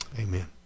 Amen